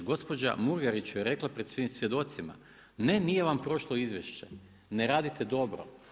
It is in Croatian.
Gospođa Muraganić joj je rekla pred svim svjedocima, ne nije vam prošlo izvješće, ne radite dobro.